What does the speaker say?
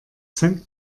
cent